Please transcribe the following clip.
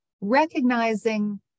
recognizing